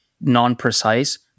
non-precise